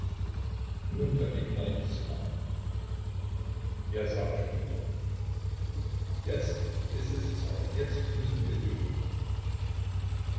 nun dagegen war nichts zu machen er sah auf die uhr jetzt ist es zeit jetzt müssen wir gehen